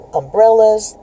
umbrellas